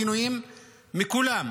גינויים מכולם.